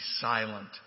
silent